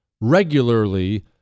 regularly